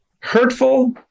Hurtful